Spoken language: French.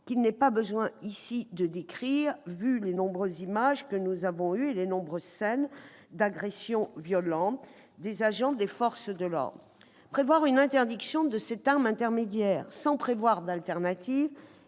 qu'il n'est pas besoin ici de décrire, compte tenu des nombreuses images et scènes d'agressions violentes des agents des forces de l'ordre. Prévoir une interdiction de cette arme intermédiaire sans prévoir d'alternative